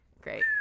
Great